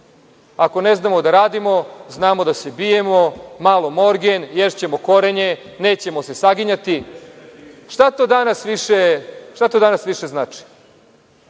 ako ne znamo da radimo, znamo da se bijemo, malo morgen, ješćemo korenje, nećemo se saginjati. Šta to danas više znači?